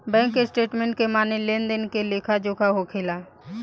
bank statement के माने लेन देन के लेखा जोखा होखेला